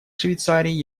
швейцарии